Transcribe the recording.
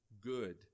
good